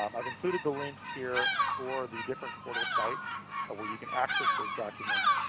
um i've included the links here for the different portal sites where you can access those documents.